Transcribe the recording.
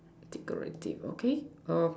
tick already okay